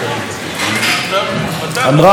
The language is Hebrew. אמרה ראש האופוזיציה, ובצדק,